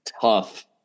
tough